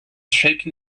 shaken